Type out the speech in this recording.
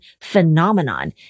phenomenon